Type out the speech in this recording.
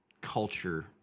culture